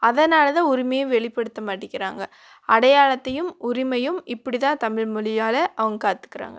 அதனால் தான் உரிமையை வெளிப்படுத்த மாட்டுக்கிறாங்க அடையாளத்தையும் உரிமையும் இப்படி தான் தமிழ்மொழியால் அவங்க கற்றுக்குறாங்க